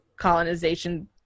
colonization